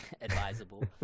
advisable